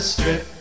Strip